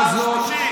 תמשיך?